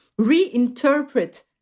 reinterpret